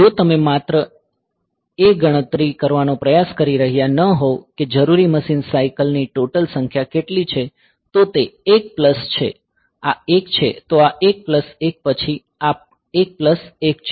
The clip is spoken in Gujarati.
જો તમે માત્ર એ ગણતરી કરવાનો પ્રયાસ કરી રહ્યા ન હોવ કે જરૂરી મશીન સાયકલ ની ટોટલ સંખ્યા કેટલી છે તો તે 1 પ્લસ છે આ એક છે તો આ 1 પ્લસ 1 પછી આ 1 પ્લસ 1 છે